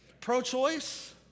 Pro-choice